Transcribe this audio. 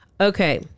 Okay